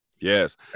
Yes